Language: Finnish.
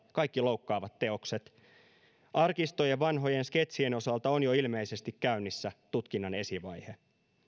kaikki loukkaavat teokset arkistojen vanhojen sketsien osalta on jo ilmeisesti käynnissä tutkinnan esivaihe